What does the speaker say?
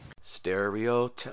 Stereo